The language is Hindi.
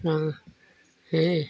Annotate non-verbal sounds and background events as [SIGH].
[UNINTELLIGIBLE] हैं